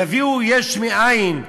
יביאו יש מאין?